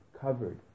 covered